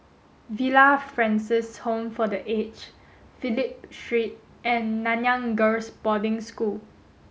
Villa Francis Home for the Aged Phillip Street and Nanyang Girls' Boarding School